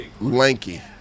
lanky